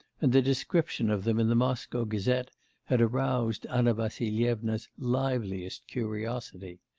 and the description of them in the moscow gazette had aroused anna vassilyevna's liveliest curiosity.